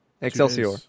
Excelsior